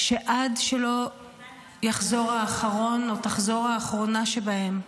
שעד שלא יחזור האחרון או תחזור האחרונה שבהם,